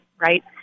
right